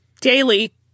daily